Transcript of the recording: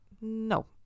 No